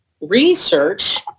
research